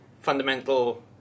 fundamental